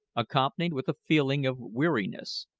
accompanied with a feeling of weariness,